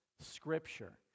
Scripture